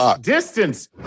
distance